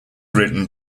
written